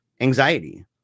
anxiety